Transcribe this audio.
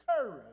courage